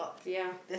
yeah